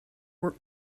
were